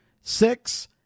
six